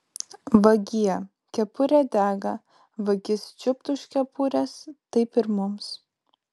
vagie kepurė dega vagis čiupt už kepurės taip ir mums